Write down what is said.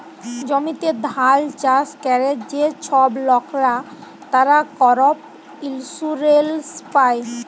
জমিতে ধাল চাষ ক্যরে যে ছব লকরা, তারা করপ ইলসুরেলস পায়